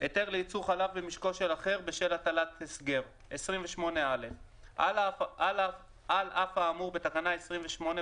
"היתר לייצר חלב במשקו של אחר בשל הטלת הסגר 28א. על אף האמור בתקנה 28,